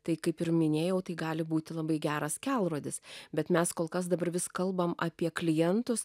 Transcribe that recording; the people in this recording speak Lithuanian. tai kaip ir minėjau tai gali būti labai geras kelrodis bet mes kol kas dabar vis kalbam apie klientus